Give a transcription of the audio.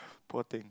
poor thing